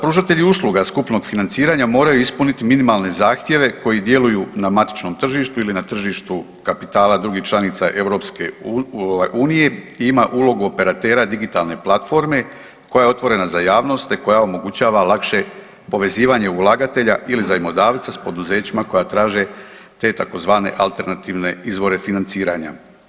Pružatelji usluga skupnog financiranja moraju ispuniti minimalne zahtjeve koji djeluju na matičnom tržištu ili na tržištu kapitala drugih članica EU i ima ulogu operatera digitalne platforme koja je otvorena za javnost i koja omogućava lakše povezivanje ulagatelja ili zajmodavca s poduzećima koja traže te tzv. alternativne izvore financiranja.